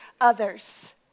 others